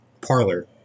parlor